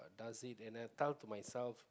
herself and I tell to myself